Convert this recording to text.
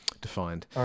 Defined